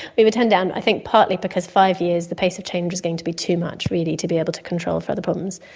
we were turned down i think partly because five years, the pace of change was going to be too much really to be able to control for other problems.